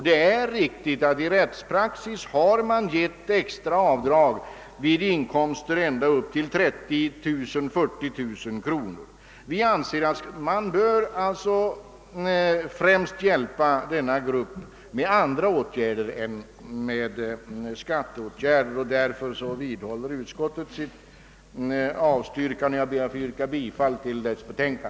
Det är riktigt att i rättspraxis har medgetts extra avdrag för de handikappade vid inkomster ända upp till 30 000-—40 000 kronor men vi anser att man främst bör hjälpa denna grupp genom andra åtgärder än skattemässiga, och därför vidhåller utskottet sitt avstyrkande. Jag ber att få yrka bifall till utskottets hemställan.